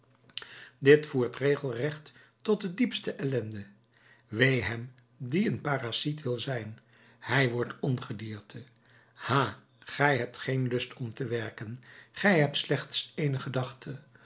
dit voert regelrecht tot de diepste ellende wee hem die een parasiet wil zijn hij wordt ongedierte ha gij hebt geen lust om te werken gij hebt slechts ééne gedachte